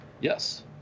yes